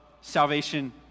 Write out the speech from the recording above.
salvation